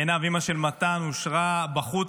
עינב, אימא של מתן, נשארה בחוץ.